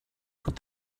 put